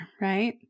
right